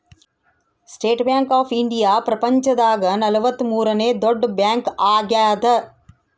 state bank of India ಪ್ರಪಂಚ ದಾಗ ನಲವತ್ತ ಮೂರನೆ ದೊಡ್ಡ ಬ್ಯಾಂಕ್ ಆಗ್ಯಾದ